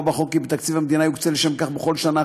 בחוק כי בתקציב המדינה יוקצה לשם כך בכל שנה,